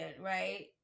right